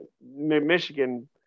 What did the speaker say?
Michigan